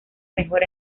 mejor